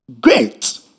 Great